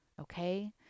Okay